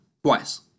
Twice